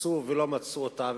חיפשו ולא מצאו אותה,